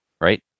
Right